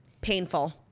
painful